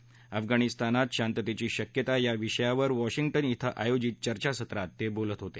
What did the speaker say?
अफगाणिस्तानात शांततेची शक्यता या विषयावर वॉशिंग्टन क्षे आयोजित चर्चासत्रात ते बोलत होते